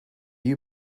you